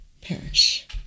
perish